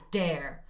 dare